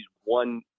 one